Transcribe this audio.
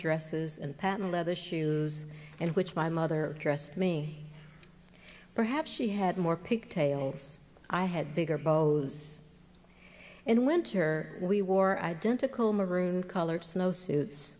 dresses and patent leather shoes and which my mother dressed me perhaps she had more pigtails i had bigger bows in winter we wore identical maroon colored snow suits